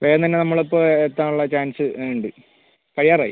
വേഗം തന്നെ നമ്മൾ അപ്പോൾ എത്താനുള്ള ചാൻസ് ഉണ്ട് കഴിയാറായി